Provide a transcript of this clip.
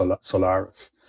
Solaris